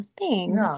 Thanks